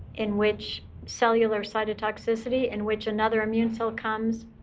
in which cellular cytotoxicity, in which another immune cell comes,